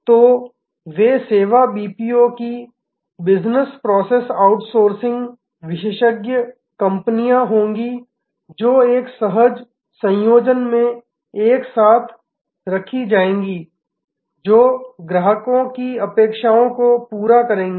तो वे सेवा बीपीओ की बिजनेस प्रोसेस आउटसोर्सिंग विशेषज्ञ कंपनियां होंगी जो एक सहज संयोजन में एक साथ रखी जाएंगी जो ग्राहकों की अपेक्षाओं को पूरा करेगी